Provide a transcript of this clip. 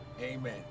amen